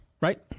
right